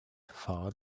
far